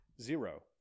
Zero